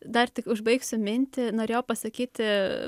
dar tik užbaigsiu mintį norėjau pasakyti